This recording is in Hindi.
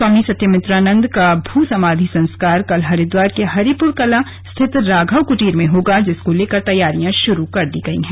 स्वामी सत्यमित्रानंद का भू समाधि संस्कार कल हरिद्वार के हरिपुर कला स्थित राघव कुटीर में होगा जिसको लेकर तैयारियां शुरू कर दी गई हैं